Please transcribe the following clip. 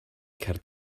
cerdd